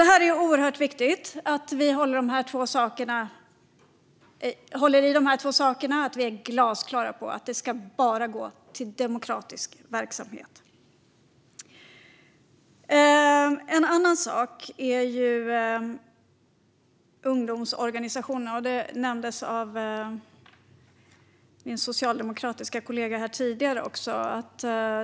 Det är oerhört viktigt att vi håller i de här två sakerna och är glasklara om att stöd bara ska gå till demokratisk verksamhet. En annan sak är ungdomsorganisationerna, som tidigare nämndes av min socialdemokratiska kollega.